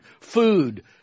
food